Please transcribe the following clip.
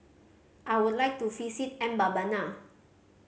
I would like to visit Mbabana